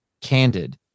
candid